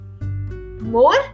More